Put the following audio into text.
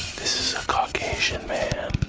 this is a caucasian man.